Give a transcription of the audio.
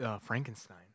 Frankenstein